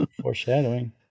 Foreshadowing